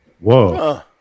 whoa